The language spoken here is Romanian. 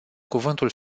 cuvântul